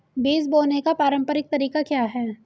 बीज बोने का पारंपरिक तरीका क्या है?